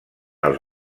els